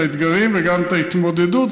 את האתגרים וגם את ההתמודדות,